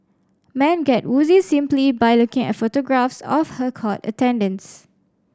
man get woozy simply by looking at photographs of her court attendance